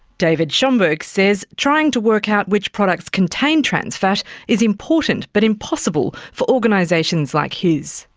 david schomburgk says trying to work out which products contain trans fat is important but impossible for organisations like his.